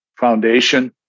foundation